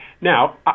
Now